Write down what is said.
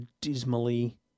dismally